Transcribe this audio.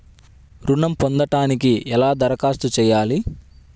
ఋణం పొందటానికి ఎలా దరఖాస్తు చేయాలి?